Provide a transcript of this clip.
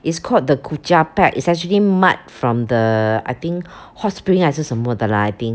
is called the kucha pack it's actually mud from the I think hot spring 还是什么的 lah I think